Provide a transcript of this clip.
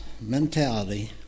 mentality